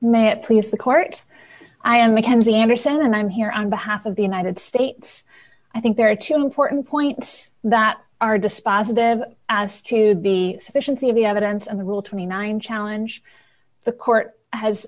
it please the court i am mackenzie anderson and i'm here on behalf of the united states i think there are two important point that are dispositive as to be efficiency of the evidence of the rule twenty nine challenge the court has